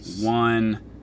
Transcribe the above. one